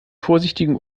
vorsichtigen